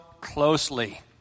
closely